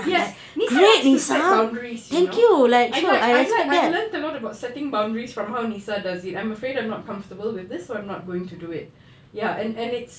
yes nisa likes to set boundaries you know I like I like I've learnt a lot about setting boundaries from how nisa does it I'm afraid I'm not comfortable with this so I'm not going to do it ya and and it's